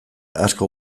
asko